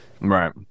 right